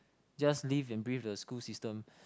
just live and breathe the school system